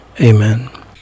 Amen